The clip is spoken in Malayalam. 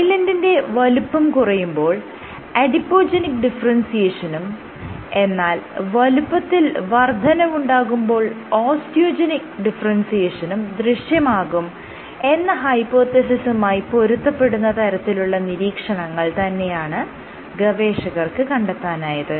ഐലൻഡിന്റെ വലുപ്പം കുറയുമ്പോൾ അഡിപോജെനിക് ഡിഫറെൻസിയേഷനും എന്നാൽ വലുപ്പത്തിൽ വർദ്ധനവുണ്ടാകുമ്പോൾ ഓസ്റ്റിയോജെനിക് ഡിഫറെൻസിയേഷനും ദൃശ്യമാകും എന്ന ഹൈപ്പോതെസിസുമായി പൊരുത്തപ്പെടുന്ന തരത്തിലുള്ള നിരീക്ഷണങ്ങൾ തന്നെയാണ് ഗവേഷകർക്ക് കണ്ടെത്താനായത്